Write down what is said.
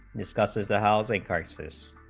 discusses the housing crisis